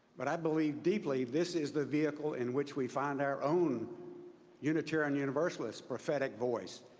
but i believe deeply this is the vehicle in which we find our own unitarian universalist prophetic voice.